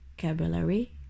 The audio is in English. vocabulary